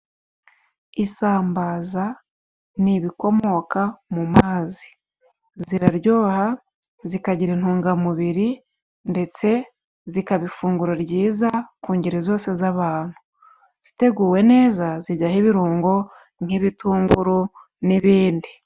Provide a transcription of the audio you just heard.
Isambaza ni ibikomoka mu mazi, ziraryoha, zikagira intungamubiri ndetse zikaba ifunguro ryiza ku ngeri zose z'abantu. Ziteguwe neza zijyaho ibirungo nk'ibitunguru n'ibindi.